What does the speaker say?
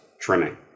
trimming